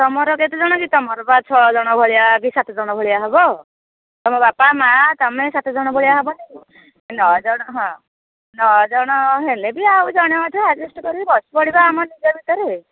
ତୁମର କେତେ ଜଣ କି ତୁମର ପା ଛଅଜଣ ଭଳିଆ କି ସାତଜଣ ଭଳିଆ ହବ ତୁମ ବାପା ମା' ତମେ ସାତଜଣ ଭଳିଆ ହେବନି କି ନଅଜଣ ହଁ ନଅଜଣ ହେଲେ ବି ଆଉ ଜଣେ ଅଧେ ଆଡ଼ଜେଷ୍ଟ କରିକି ବସି ପଡ଼ିବା ଆମ ନିଜ ଭିତରେ